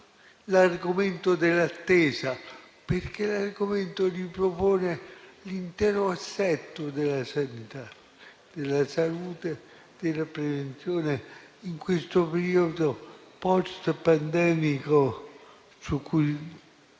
l'argomento dell'attesa, perché ripropone l'intero assetto della sanità, della salute e della prevenzione in questo periodo post-pandemico su cui